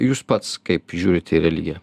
jūs pats kaip žiūrit į religiją